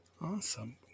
Awesome